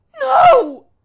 No